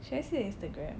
should I see the Instagram